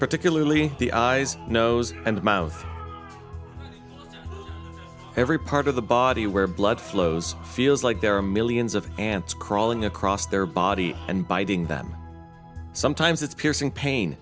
particularly the eyes nose and mouth every part of the body where blood flows feels like there are millions of ants crawling across their body and biting them sometimes it's piercing pain